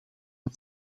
van